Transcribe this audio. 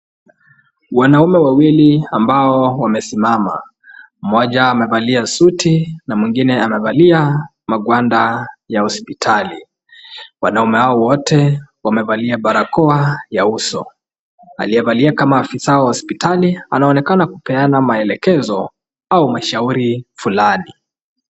Wanaume wawili ambao wamesimama, moja amevalia suti na mwingine amevalia magwanda ya hospitali, wanaume hao wote wamevalia barakoa ya uso. Aliyevalia kama afisa wa hospitali anaonekana kupeana maelekezo au mashauri fulani.